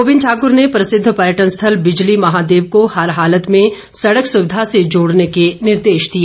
गोविंद ठाकुर ने प्रसिद्ध पर्यटन स्थल बिजली महादेव को हर हालत में सड़क सुविधा से जोड़ने के निर्देश दिए